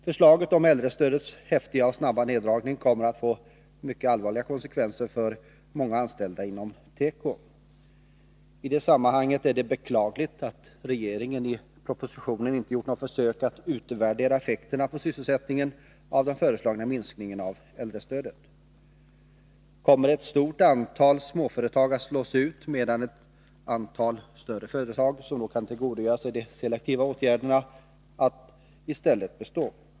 Förslaget om äldrestödets häftiga och snabba neddragning kommer att få mycket allvarliga konsekvenser för många anställda inom tekoindustrin. I det sammanhanget vill jag säga att det är beklagligt att regeringen i propositionen inte har gjort något försök att utvärdera effekterna på sysselsättningen av den föreslagna minskningen av äldrestödet. Kommer ett stort antal småföretag att slås ut, medan ett antal större företag, som kan tillgodogöra sig de selektiva åtgärderna, kommer att bestå?